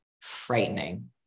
frightening